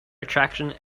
attraction